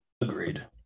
Agreed